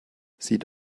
sieht